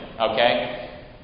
okay